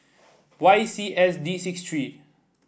Y C S D six three